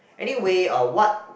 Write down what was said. anyway uh what